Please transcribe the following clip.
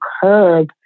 curb